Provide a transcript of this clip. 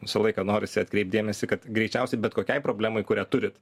visą laiką norisi atkreipt dėmesį kad greičiausiai bet kokiai problemai kurią turit